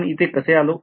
आपण इथे कसे आलो